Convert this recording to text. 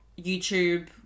YouTube